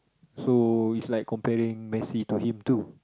so is like comparing Messi to him too